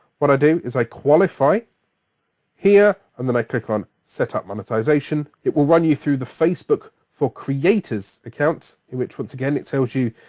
what i do, is i qualify here, and then i click on setup monetization, it will run you through the facebook for creators account. in which once again it tells you,